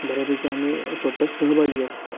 बऱ्यापैकी आम्ही स्वतः सहभागी असतो